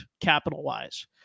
capital-wise